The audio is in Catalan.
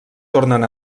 tornen